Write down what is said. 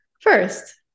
first